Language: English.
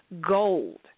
gold